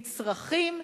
נצרכים.